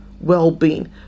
well-being